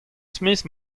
smith